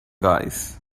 guys